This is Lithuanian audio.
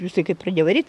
jisai kai pradėjo varyt